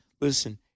Listen